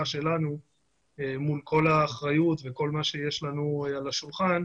שלנו מול האחריות וכל מה שיש לנו על השולחן,